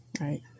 Right